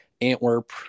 Antwerp